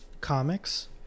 comics